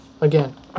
again